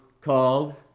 called